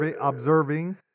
observing